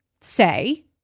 say